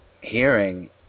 hearing